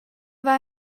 hai